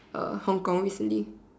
uh Hong-Kong recently